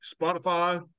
Spotify